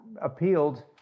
appealed